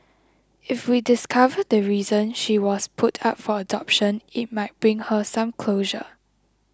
if we discover the reason she was put up for adoption it might bring her some closure